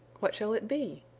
what shall it be?